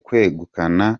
kwegukana